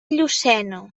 llucena